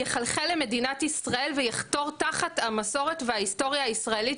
יחלחל למדינת ישראל ויחתור תחת המסורת וההיסטוריה הישראלית,